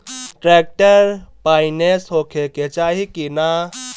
Tractor finance होखे के चाही कि ना?